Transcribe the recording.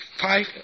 five